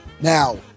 Now